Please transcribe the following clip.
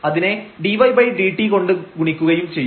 അതിനെ dydt കൊണ്ട് ഗുണിക്കുകയും ചെയ്യും